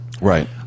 Right